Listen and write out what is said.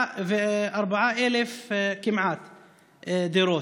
כמעט 74,000 דירות.